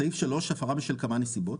סעיף 3 הפרה בשל כמה נסיבות.